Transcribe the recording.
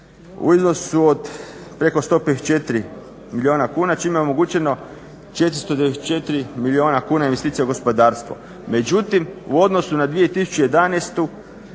u iznosu od preko 154 milijuna kuna čime je omogućeno 494 milijuna investicije u gospodarstvu. Međutim, u odnosu na 2011.